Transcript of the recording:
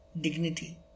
dignity